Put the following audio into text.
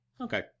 Okay